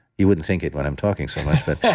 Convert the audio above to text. you wouldn't think it when i'm talking so much but